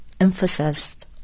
emphasized